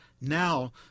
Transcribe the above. Now